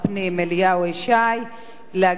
יש לך דקה, בבקשה,